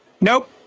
Nope